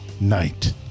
Night